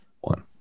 one